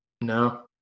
no